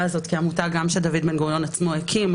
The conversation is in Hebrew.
הזאת כעמותה גם שדוד בן-גוריון עצמו הקים,